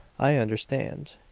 i understand.